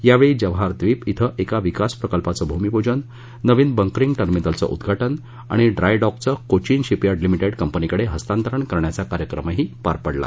यावेळी जवाहर झीप अं एका विकास प्रकल्पाचं भूमीपूजन नवीन बंकरिंग टर्मिनलचं उद्दाटन आणि ड्राय डॉकचं कोचीन शिपयार्ड लिमिटेड कंपनीकडे हस्तांतरण करण्याचा कार्यक्रमही पार पडला